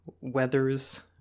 weathers